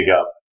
up